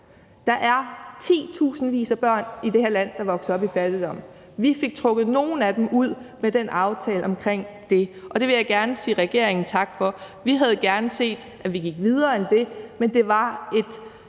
Der er titusindvis af børn i det her land, der vokser op i fattigdom. Vi fik trukket nogle af dem ud med den aftale omkring det, og det vil jeg gerne sige regeringen tak for. Vi havde gerne set, at vi var gået videre end det, men det var et